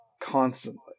constantly